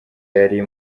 yari